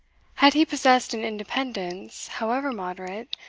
had he possessed an independence, however moderate,